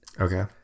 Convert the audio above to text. Okay